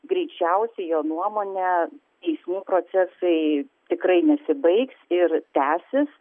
greičiausiai jo nuomone teismų procesai tikrai nesibaigs ir tęsis